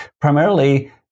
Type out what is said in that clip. primarily